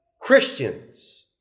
Christians